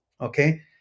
okay